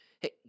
Hey